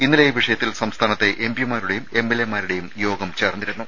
ഇന്നലെ ഈ വിഷയത്തിൽ സംസ്ഥാനത്തെ എംപിമാരുടേയും എംഎൽഎമാരുടേയും യോഗം ചേർന്നിരുന്നു